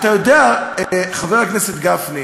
אתה יודע, חבר הכנסת גפני,